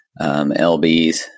LBs